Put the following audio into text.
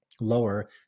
lower